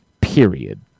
period